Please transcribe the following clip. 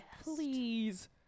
please